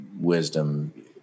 wisdom